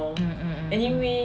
mmhmm mm